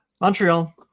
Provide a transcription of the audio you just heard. Montreal